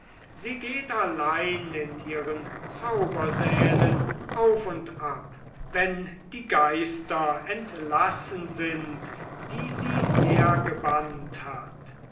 sie geht allein in ihren zaubersälen auf und ab wenn die geister entlassen sind die sie hergebannt hat